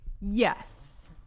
yes